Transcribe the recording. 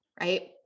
right